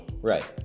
right